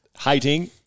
hating